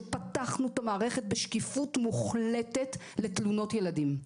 שפתחנו את המערכת בשקיפות מוחלטת לתלונות ילדים.